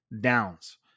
downs